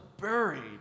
buried